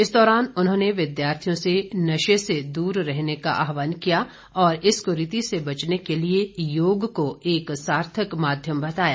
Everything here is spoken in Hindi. इस दौरान उन्हांने विद्यार्थियों से नशे से दूर रहने का आहवान किया और इस क्रीति से बचने के लिए योग को एक सार्थक माध्यम बताया